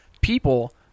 people